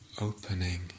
opening